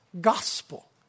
gospel